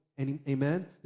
Amen